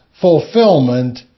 fulfillment